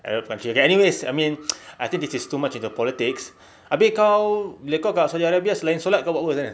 arab countries but anyway I mean I think this is too much of a politic abeh kau bila kau kat saudi arabia selain solat kau buat apa sana